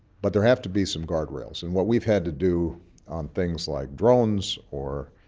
but there have to be some guardrails. and what we've had to do on things like drones, or